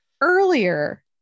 earlier